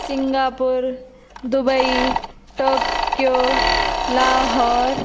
Singapore Dubai Tokyo Lahore